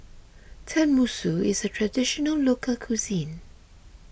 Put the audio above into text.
Tenmusu is a Traditional Local Cuisine